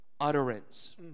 utterance